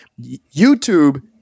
YouTube